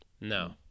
no